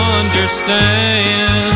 understand